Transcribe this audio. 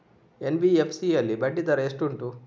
NBFC ಯಲ್ಲಿ ಬಡ್ಡಿ ದರ ಎಷ್ಟು ಉಂಟು?